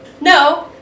No